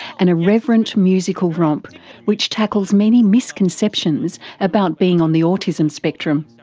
an irreverent musical romp which tackles many misconceptions about being on the autism spectrum.